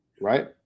right